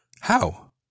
How